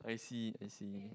I see I see